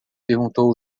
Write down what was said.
perguntou